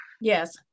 Yes